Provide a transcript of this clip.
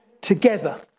together